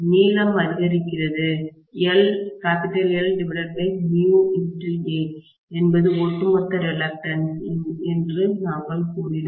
நீளம் அதிகரிக்கிறது LμA என்பது ஒட்டுமொத்த ரிலக்டன்ஸ் என்று நாங்கள் கூறினோம்